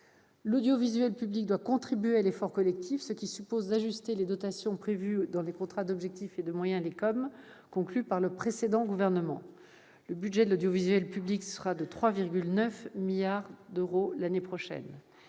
L'audiovisuel public doit contribuer à l'effort collectif, ce qui suppose d'ajuster les dotations prévues dans les contrats d'objectifs et de moyens conclus par le précédent gouvernement. Le budget de l'audiovisuel public sera de 3,9 milliards d'euros l'année prochaine.